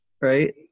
right